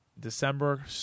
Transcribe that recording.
December